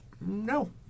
No